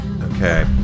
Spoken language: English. Okay